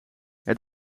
het